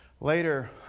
Later